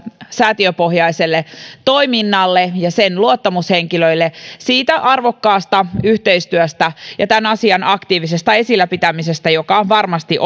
säätiöpohjaiselle toiminnalle ja sen luottamushenkilöille siitä arvokkaasta yhteistyöstä ja tämän asian aktiivisesta esillä pitämisestä joka varmasti